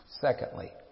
Secondly